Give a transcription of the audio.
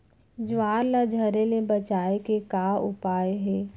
ज्वार ला झरे ले बचाए के का उपाय हे?